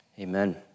Amen